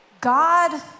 God